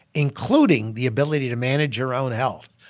including the ability to manage your own health,